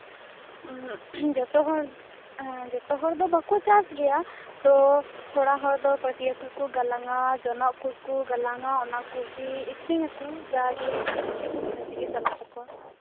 ᱩᱸ ᱡᱚᱛᱚ ᱦᱚᱲ ᱦᱮᱸ ᱡᱚᱛᱚ ᱦᱚᱲ ᱫᱚ ᱵᱟᱠᱚ ᱪᱟᱥ ᱜᱮᱭᱟ ᱛᱚ ᱛᱷᱚᱲᱟ ᱦᱚᱲᱫᱚ ᱯᱟᱹᱴᱤᱭᱟᱹ ᱠᱚᱠᱚ ᱜᱟᱞᱟᱝᱼᱟ ᱡᱚᱱᱚᱜ ᱠᱚᱠᱚ ᱜᱟᱞᱟᱝᱼᱟ ᱚᱱᱟ ᱠᱚᱜᱮ ᱟᱠᱷᱨᱤᱝ ᱟᱠᱚ ᱡᱟ ᱜᱮ ᱤᱱᱟᱹᱜᱮ ᱤᱱᱟᱹ ᱛᱮᱜᱮ ᱪᱟᱞᱟᱜ ᱛᱟᱠᱚᱣᱟ